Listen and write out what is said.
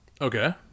Okay